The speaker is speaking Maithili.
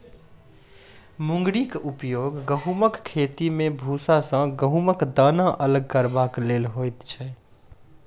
मुंगरीक उपयोग गहुमक खेती मे भूसा सॅ गहुमक दाना अलग करबाक लेल होइत छै